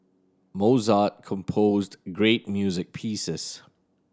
Mozart composed great music pieces